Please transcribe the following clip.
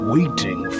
Waiting